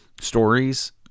stories